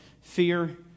fear